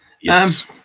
yes